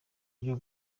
ryo